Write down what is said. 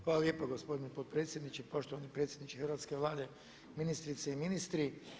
Hvala lijepo gospodine potpredsjedniče, poštovani predsjedniče hrvatske Vlade, ministrice i ministri.